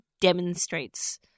demonstrates